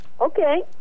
Okay